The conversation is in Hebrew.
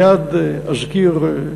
מייד אזכיר,